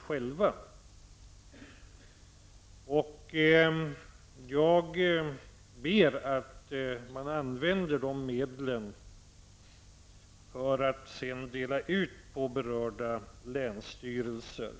Jag ber alltså regeringen att använda dessa medel så, att de delas ut till berörda länsstyrelser.